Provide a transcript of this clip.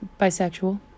bisexual